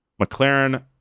McLaren